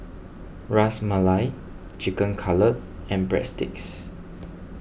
Ras Malai Chicken Cutlet and Breadsticks